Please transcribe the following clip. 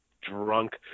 drunk